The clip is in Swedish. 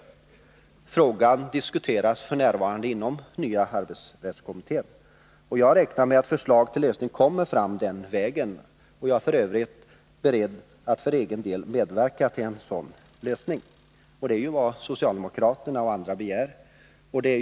Som jag nämnde diskuteras frågan f. n. inom nya arbetsrättskommittén, och jag räknar med att förslag till lösning kommer fram den vägen. För egen del är jag beredd att medverka till en sådan lösning. Det är också vad socialdemokraterna och andra begär.